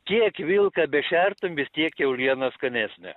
kiek vilką bešertum vis tiek kiauliena skanesnė